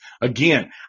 Again